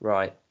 Right